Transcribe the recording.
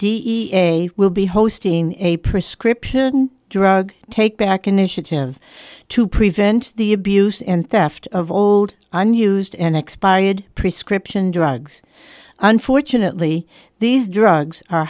da will be hosting a prescription drug take back initiative to prevent the abuse and theft of old unused and expired prescribed drugs unfortunately these drugs are